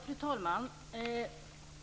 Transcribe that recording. Fru talman!